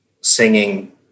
singing